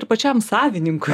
ir pačiam savininkui